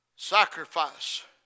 Sacrifice